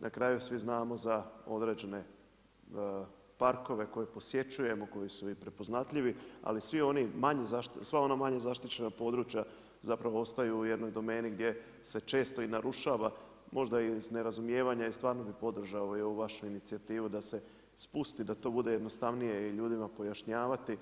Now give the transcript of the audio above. Na kraju svi znamo za određene parkove koje posjećujemo, koji su i prepoznatljivi ali sva ona manje zaštićena područja zapravo ostaju u jednoj domeni gdje se često i narušava, možda i iz nerazumijevanje i stvarno bih podržao i ovu vašu inicijativu da se spusti i da to bude jednostavnije i ljudima pojašnjavati